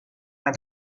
and